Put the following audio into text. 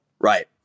Right